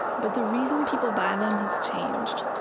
but the reason people buy them has changed.